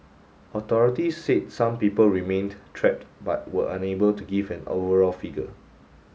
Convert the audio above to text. authorities said some people remained trapped but were unable to give an overall figure